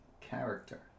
character